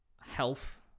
health